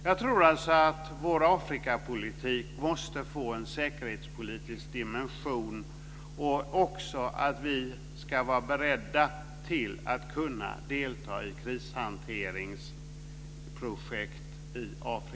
Jag tror alltså att vår Afrikapolitik måste få en säkerhetspolitisk dimension och också att vi ska vara beredda på att kunna delta i krishanteringsprojekt i